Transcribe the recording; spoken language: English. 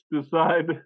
decide